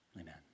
Amen